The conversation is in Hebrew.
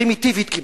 פרימיטיבית כמעט,